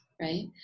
right